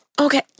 Okay